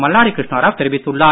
மல்லாடி கிருஷ்ணாராவ் தெரிவித்துள்ளார்